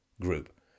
group